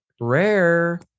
Rare